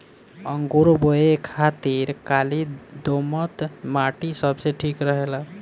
अंगूर बोए खातिर काली दोमट माटी सबसे ठीक रहेला